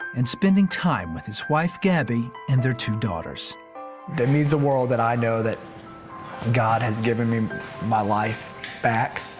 and spending time with his wife, gabby, and their two daughters. it means the world that i know that god has given me my life back.